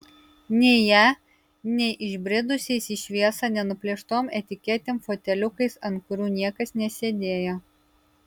nei ja nei išbridusiais į šviesą nenuplėštom etiketėm foteliukais ant kurių niekas nesėdėjo